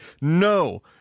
No